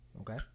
Okay